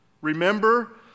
Remember